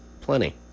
Plenty